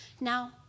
Now